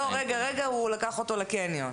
הוא לקח אותו לקניון.